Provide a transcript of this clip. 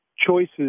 choices